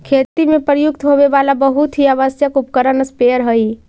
खेती में प्रयुक्त होवे वाला बहुत ही आवश्यक उपकरण स्प्रेयर हई